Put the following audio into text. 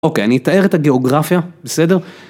אוקיי, אני אתאר את הגיאוגרפיה, בסדר?